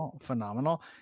phenomenal